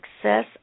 success